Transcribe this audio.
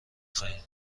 خواهیم